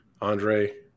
Andre